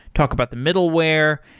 talk about the middleware.